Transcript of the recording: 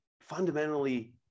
fundamentally